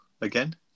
again